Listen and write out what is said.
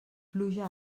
pluja